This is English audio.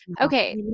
Okay